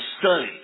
study